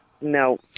no